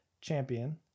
champion